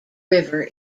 river